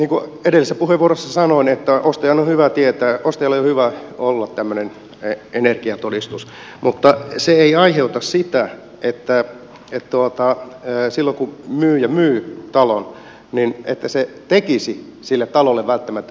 niin kuin edellisessä puheenvuorossa sanoin ostajan on hyvä tietää ostajalla on hyvä olla tämmöinen energiatodistus mutta se ei aiheuta sitä että silloin kun myyjä myy talon hän tekisi sille talolle välttämättä mitään